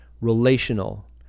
relational